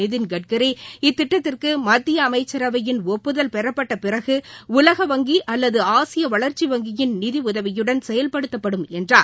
நிதின் கட்கரி இத்திட்டத்திற்கு மத்திய அமைச்சரவையின் ஒப்புதல் பெறப்பட்ட பிறகு உலக வங்கி அல்லது ஆசிய வளர்ச்சி வங்கியின் நிதியுதவியுடன் செயல்படுத்தப்படும் என்றார்